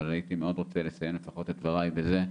אבל הייתי מאוד רוצה לסיים את דבריי בזה,